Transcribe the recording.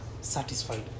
satisfied